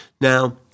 Now